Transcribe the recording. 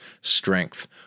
strength